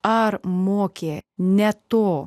ar mokė ne to